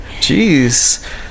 Jeez